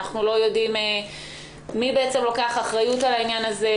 אנחנו לא יודעים מי לוקח אחריות על העניין הזה,